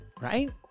Right